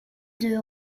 deux